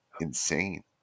insane